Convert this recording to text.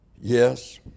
Yes